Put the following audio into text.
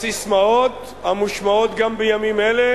לססמאות המושמעות גם בימים אלה